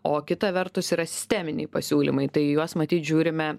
o kita vertus yra sisteminiai pasiūlymai tai į juos matyt žiūrime